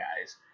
guys